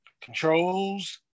Controls